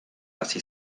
hazi